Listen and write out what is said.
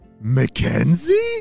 Mackenzie